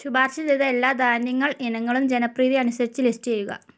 ശുപാർശചെയ്ത എല്ലാ ധാന്യങ്ങൾ ഇനങ്ങളും ജനപ്രീതി അനുസരിച്ച് ലിസ്റ്റ് ചെയ്യുക